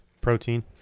protein